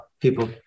people